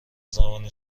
زبان